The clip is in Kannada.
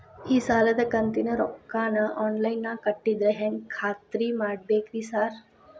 ಈ ಸಾಲದ ಕಂತಿನ ರೊಕ್ಕನಾ ಆನ್ಲೈನ್ ನಾಗ ಕಟ್ಟಿದ್ರ ಹೆಂಗ್ ಖಾತ್ರಿ ಮಾಡ್ಬೇಕ್ರಿ ಸಾರ್?